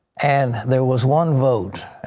and there was one vote.